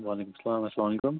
وعلیکُم اَلسلام السلام علیکُم